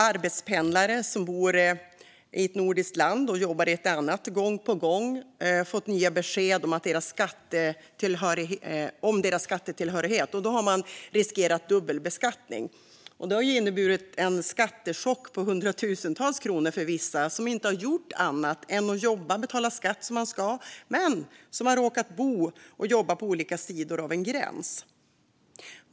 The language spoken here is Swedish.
Arbetspendlare som bor i ett nordiskt land och jobbar i ett annat har gång på gång fått nya besked om sin skattetillhörighet, och de har riskerat dubbelbeskattning. Det har inneburit en skattechock på hundratusentals kronor för vissa som inte har gjort annat än att jobba och betala skatt som de ska men som har råkat bo och jobba på olika sidor av en gräns.